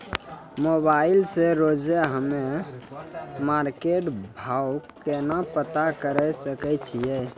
Mobile से रोजे हम्मे मार्केट भाव केना पता करे सकय छियै?